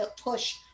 push